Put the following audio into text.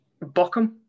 Bochum